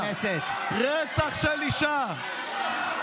רצח של אישה.